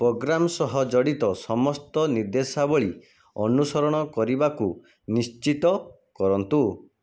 programme ସହ ଜଡ଼ିତ ସମସ୍ତ ନିର୍ଦ୍ଦେଶାବଳୀ ଅନୁସରଣ କରିବାକୁ ନିଶ୍ଚିତ କରନ୍ତୁ